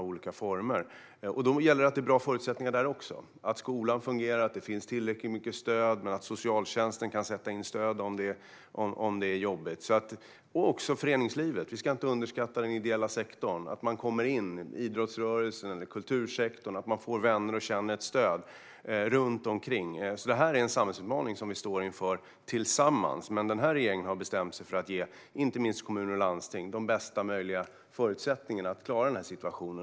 Då gäller det att det finns bra förutsättningar där också, att skolan fungerar, att det finns tillräckligt mycket stöd, att socialtjänsten kan sätta in stöd om det är jobbigt. Sedan finns också föreningslivet. Vi ska inte underskatta den ideella sektorn, idrottsrörelsen eller kultursektorn, för att få vänner och känna stöd. Vi står inför en samhällsutmaning tillsammans. Den här regeringen har bestämt sig för att ge inte minst kommuner och landsting bästa möjliga förutsättningar att klara situationen.